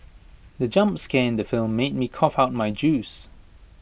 the jump scare in the film made me cough out my juice